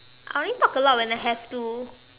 I only talk a lot when I have to